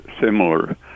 similar